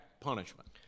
punishment